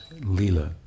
lila